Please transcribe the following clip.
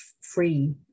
free